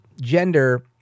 gender